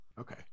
Okay